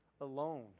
alone